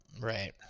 Right